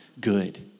good